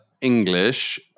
English